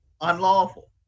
unlawful